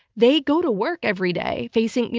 they go to work every day facing, you know